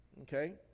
okay